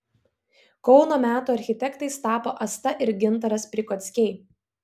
kauno metų architektais tapo asta ir gintaras prikockiai